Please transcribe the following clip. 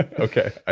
ah okay.